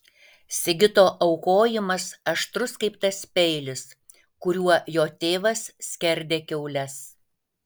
sigito aukojimas aštrus kaip tas peilis kuriuo jo tėvas skerdė kiaules